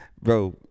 bro